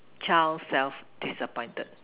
child self disappointed